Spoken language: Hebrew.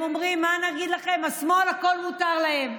הם אומרים: מה נגיד לכם, השמאל, הכול מותר להם.